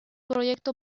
proyecto